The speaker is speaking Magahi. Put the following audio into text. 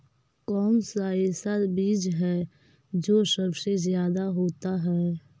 कौन सा ऐसा बीज है जो सबसे ज्यादा होता है?